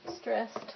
stressed